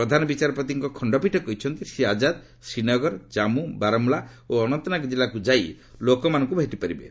ପ୍ରଧାନ ବିଚାରପତିଙ୍କ ଖଣ୍ଡପୀଠ କହିଛନ୍ତି ଶ୍ରୀ ଆଜାଦ୍ ଶ୍ରୀନଗର ଜାମ୍ମୁ ବାରମୁଲା ଓ ଅନନ୍ତନାଗ ଜିଲ୍ଲାକୁ ଯାଇ ଲୋକମାନଙ୍କୁ ଭେଟିପାରିବେ